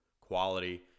quality